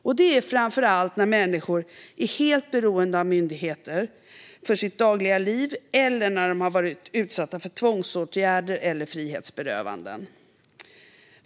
Det handlar framför allt om människor som är helt beroende av myndigheter i sitt dagliga liv eller som är utsatta för tvångsåtgärder eller frihetsberövanden.